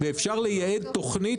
אפשר לייעד תוכנית